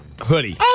hoodie